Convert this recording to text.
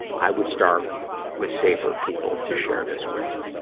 i would start with safer people to share this with,